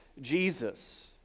Jesus